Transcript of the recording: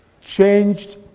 changed